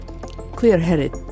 clear-headed